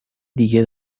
دیگه